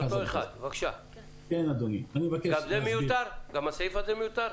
גם הסעיף הזה מיותר?